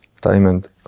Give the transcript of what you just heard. Diamond